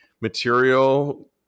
material